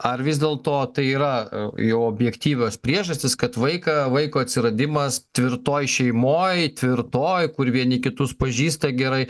ar vis dėlto tai yra jau objektyvios priežastys kad vaiką vaiko atsiradimas tvirtoj šeimoj tvirtoj kur vieni kitus pažįsta gerai